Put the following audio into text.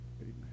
Amen